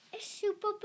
Super